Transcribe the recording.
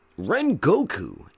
Rengoku